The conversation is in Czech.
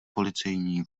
policejní